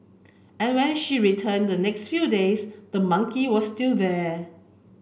and when she returned the next few days the monkey was still there